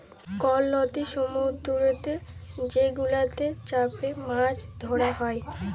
call লদি সমুদ্দুরেতে যে গুলাতে চ্যাপে মাছ ধ্যরা হ্যয়